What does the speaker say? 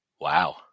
Wow